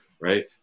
right